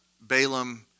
Balaam